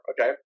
Okay